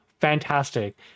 fantastic